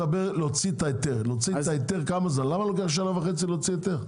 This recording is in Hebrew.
להוציא את ההיתר, למה לוקח שנה וחצי להוציא היתר?